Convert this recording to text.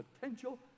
potential